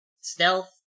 Stealth